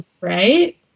right